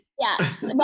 Yes